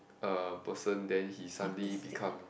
uh person then he suddenly become